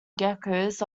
geckos